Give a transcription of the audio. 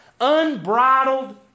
Unbridled